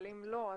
אבל אם לא,